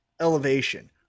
elevation